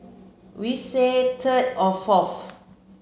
we say third or fourth